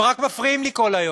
הם רק מפריעים לי כל היום.